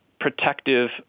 protective